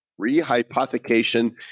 Rehypothecation